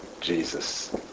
Jesus